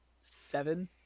Seven